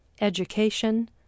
Education